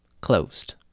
closed